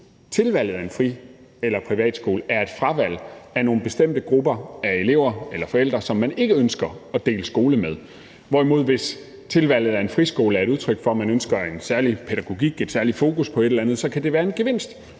tilvalget af en fri- eller privatskole er et fravalg af nogle bestemte grupper af elever eller forældre, som man ikke ønsker at dele skole med. Hvis tilvalget af en friskole derimod er udtryk for, at man ønsker en særlig pædagogik, et særligt fokus på et eller andet, eller hvis det er den nærmeste